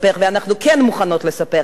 ואנחנו כן מוכנות לספר,